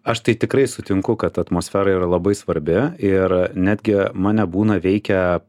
aš tai tikrai sutinku kad atmosfera yra labai svarbi ir netgi mane būna veikia